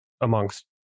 amongst